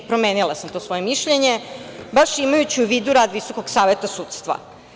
Promenila sam to svoje mišljenje baš imajući u vidu rad Visokog saveta sudstva.